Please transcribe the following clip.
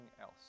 else